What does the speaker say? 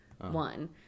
one